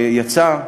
שיצא,